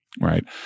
right